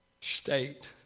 state